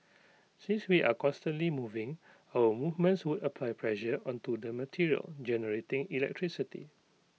since we are constantly moving our movements would apply pressure onto the material generating electricity